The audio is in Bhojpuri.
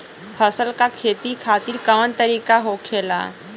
फसल का खेती खातिर कवन तरीका होखेला?